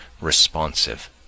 responsive